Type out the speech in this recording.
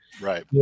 Right